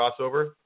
crossover